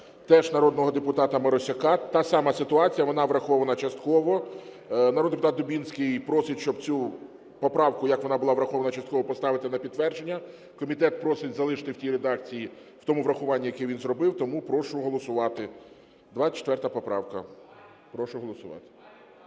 теж народного депутата Марусяка, та сама ситуація, вона врахована частково. Народний депутат Дубінський просить, щоб цю поправку, як вона була врахована частково, поставити на підтвердження. Комітет просить залишити в тій редакції, в тому врахуванні, яке він зробив, тому прошу голосувати, 24 поправка. Прошу голосувати.